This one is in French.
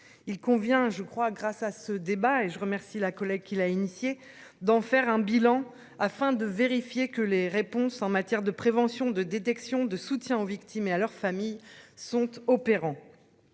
il convient je crois. Grâce à ce débat et je remercie la collègue qui l'a initiée d'en faire un bilan afin de vérifier que les réponses en matière de prévention de détection de soutien aux victimes et à leurs familles sont opérant.